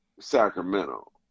Sacramento